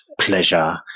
pleasure